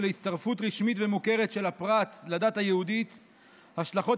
להצטרפות רשמית ומוכרת של הפרט לדת היהודית יש השלכות